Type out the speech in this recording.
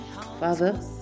Father